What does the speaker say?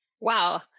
Wow